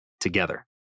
Together